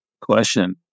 question